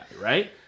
right